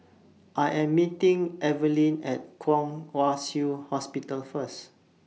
I Am meeting Evaline At Kwong Wai Shiu Hospital First